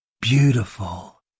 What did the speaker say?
Beautiful